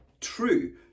true